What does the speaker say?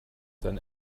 than